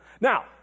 Now